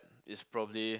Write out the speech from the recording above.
is probably